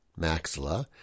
maxilla